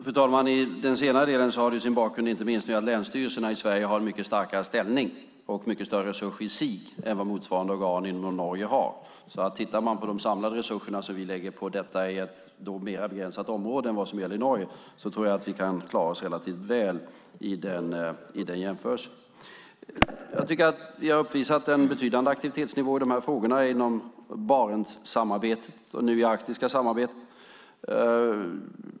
Fru talman! I fråga om den senare delen har det sin bakgrund inte minst i att länsstyrelserna i Sverige har en mycket starkare ställning och mycket större resurser i sig än vad motsvarande organ i Norge har. Man kan titta på de samlade resurserna, som vi lägger på detta i ett mer begränsat område än vad som gäller i Norge. Jag tror att vi kan klara oss relativt väl i den jämförelsen. Jag tycker att vi har uppvisat en betydande aktivitetsnivå i de här frågorna inom Barentssamarbetet och nu i det arktiska samarbetet.